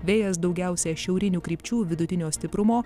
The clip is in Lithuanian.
vėjas daugiausia šiaurinių krypčių vidutinio stiprumo